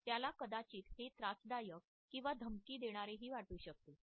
त्याला कदाचित हे त्रासदायक किंवा धमकी देणारे ही वाटू शकते